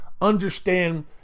understand